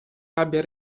abbia